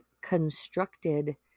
constructed